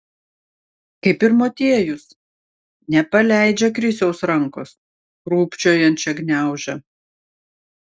kaip ir motiejus nepaleidžia krisiaus rankos krūpčiojančią gniaužia